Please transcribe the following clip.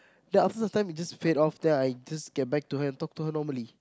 that after last time it just fade off then I just get back to her and talk to her normally